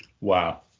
Wow